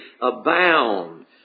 abound